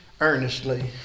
earnestly